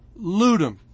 Ludum